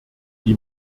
die